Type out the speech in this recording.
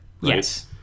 Yes